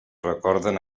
recorden